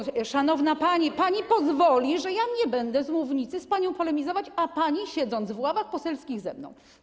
Szanowna pani, pani pozwoli, że nie będę z mównicy z panią polemizować, a pani, siedząc w ławach poselskich, ze mną.